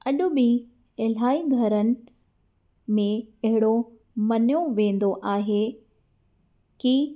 अॼ बि इलाही घरनि में अहिड़ो मञियो वेंदो आहे की